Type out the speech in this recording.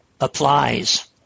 applies